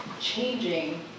changing